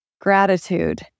gratitude